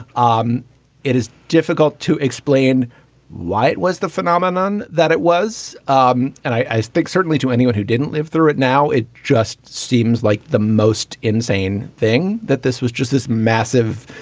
um it is difficult to explain why it was the phenomenon that it was. um and i think certainly to anyone who didn't live through it now, it just seems like the most insane thing, that this was just this massive,